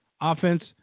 Offense